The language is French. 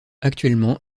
actuellement